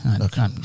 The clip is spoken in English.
Okay